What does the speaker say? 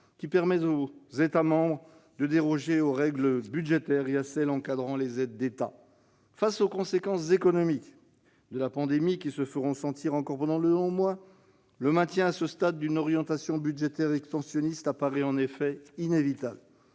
qui permet aux États membres de déroger aux règles budgétaires et à celles qui encadrent les aides d'État. Face aux conséquences économiques de la pandémie, qui se feront encore sentir durant de longs mois, le maintien à ce stade d'une orientation budgétaire expansionniste apparaît en effet inévitable.